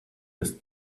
list